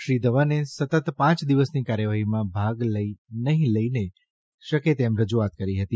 શ્રી ધવને સતત પાંચ દિવસની કાર્યવાહીમાં ભાગ નહીં લઇ શકે તેમ રજૂઆત કરી હતી